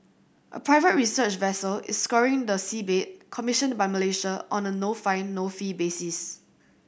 a private research vessel is scouring the seabed commissioned by Malaysia on a no find no fee basis